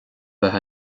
bheith